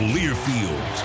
Learfield